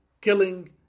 killing